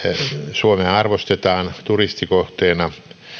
suomea arvostetaan turistikohteena